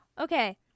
okay